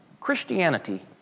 Christianity